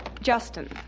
Justin